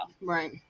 Right